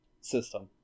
system